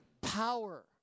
Power